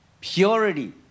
purity